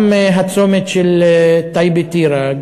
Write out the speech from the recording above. גם הצומת של טייבה טירה,